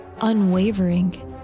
unwavering